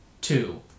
two